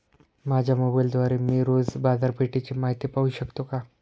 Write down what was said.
माझ्या मोबाइलद्वारे मी रोज बाजारपेठेची माहिती पाहू शकतो का?